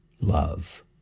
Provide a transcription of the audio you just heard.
love